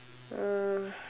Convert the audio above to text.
uh